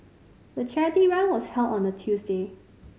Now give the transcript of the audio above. the charity run was held on a Tuesday